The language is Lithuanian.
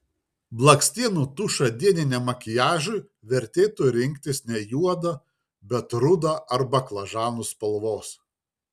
blakstienų tušą dieniniam makiažui vertėtų rinktis ne juodą bet rudą ar baklažanų spalvos